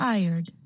Tired